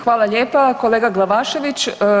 Hvala lijepo kolega Glavašević.